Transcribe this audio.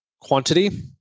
quantity –